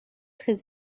très